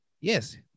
Yes